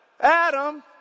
Adam